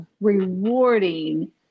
rewarding